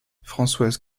françoise